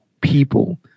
people